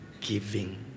giving